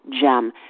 gem